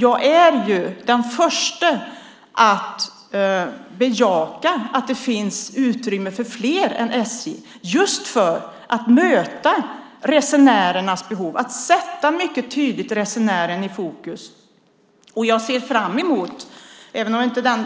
Jag är den förste att bejaka, Raimo Pärssinen, att det finns utrymme för fler än SJ just för att möta resenärernas behov. Det handlar om att mycket tydligt sätta resenären i fokus. Även om inte